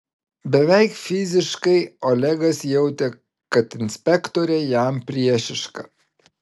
beveik fiziškai olegas jautė kad inspektorė jam priešiška